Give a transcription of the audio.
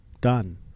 Done